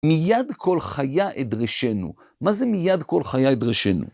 מיד כל חיה אדרשנו, מה זה מיד כל חיה אדרשנו?